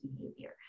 behavior